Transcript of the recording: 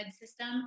system